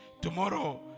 Tomorrow